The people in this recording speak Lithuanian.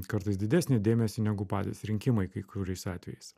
kartais didesnį dėmesį negu patys rinkimai kai kuriais atvejais